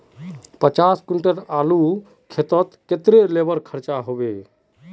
पचास कुंटल आलूर केते कतेरी लेबर खर्चा होबे बई?